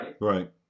Right